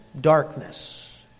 darkness